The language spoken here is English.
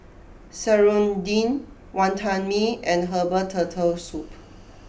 Serunding Wantan Mee and Herbal Turtle Soup